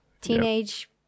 teenage